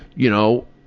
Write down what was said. you know,